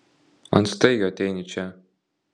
ant staigio ateini čia